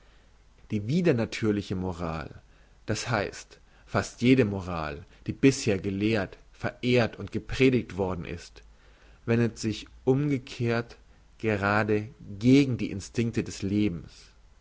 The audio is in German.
die widernatürliche moral das heisst fast jede moral die bisher gelehrt verehrt und gepredigt worden ist wendet sich umgekehrt gerade gegen die instinkte des lebens